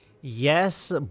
Yes